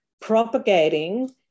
propagating